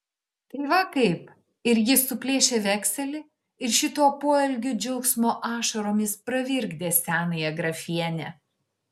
tai va kaip ir jis suplėšė vekselį ir šituo poelgiu džiaugsmo ašaromis pravirkdė senąją grafienę